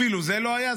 אפילו זה לא היה.